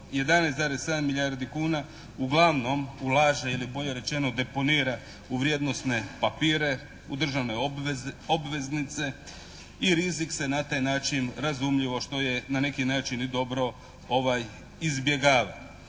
11,7 milijardi kuna uglavnom ulaže ili bolje rečeno deponira u vrijednosne papire, u državne obveznice i rizik se na taj način razumljivo što je na neki način i dobro izbjegava.